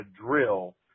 drill